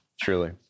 truly